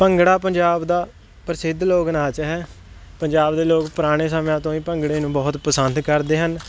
ਭੰਗੜਾ ਪੰਜਾਬ ਦਾ ਪ੍ਰਸਿੱਧ ਲੋਕ ਨਾਚ ਹੈ ਪੰਜਾਬ ਦੇ ਲੋਕ ਪੁਰਾਣੇ ਸਮਿਆਂ ਤੋਂ ਹੀ ਭੰਗੜੇ ਨੂੰ ਬਹੁਤ ਪਸੰਦ ਕਰਦੇ ਹਨ